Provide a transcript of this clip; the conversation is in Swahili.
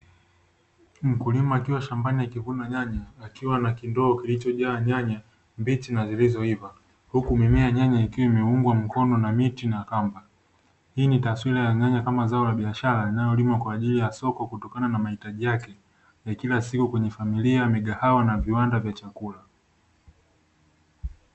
Mkulima akiwa shambani akivuna nyanya akiwa na kindoo kilicho jaa nyanya mbichi na zilizoiva huku mimea ya nyanya ikiwa imeungwa mkono na miti na kamba. hii ni taswira ya nyanya kama zao la biashara linalolimwa kwajili ya soko kutokana na mahitaji yake ya kila siku kwenye familia, migahawa na viwanda vya chakula.